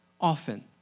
often